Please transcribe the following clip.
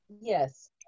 Yes